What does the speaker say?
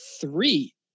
three